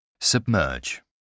Submerge